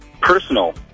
personal